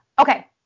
Okay